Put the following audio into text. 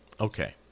Okay